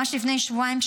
ממש לפני שבועיים,